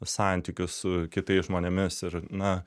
santykius su kitais žmonėmis ir na